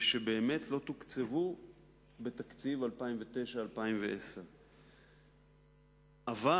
ובאמת לא תוקצבו בתקציב 2009 2010. אבל,